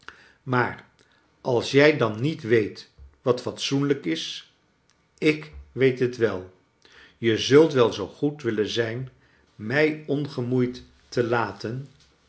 maar als jij dan niet weet wat fatsoenlijk is ik weet het wel je zult wel zoo goed willen zijn mij ongemoeid te laten